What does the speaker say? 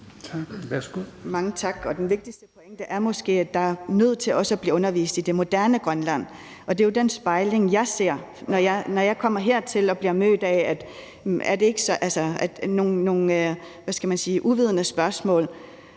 Larsen (IA): Mange tak. Og den vigtigste pointe er måske, at man er nødt til også at undervise i det moderne Grønland. Det er jo den spejling, jeg ser, når jeg kommer hertil og bliver mødt af nogle, hvad skal man sige, uvidende spørgsmål.